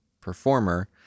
performer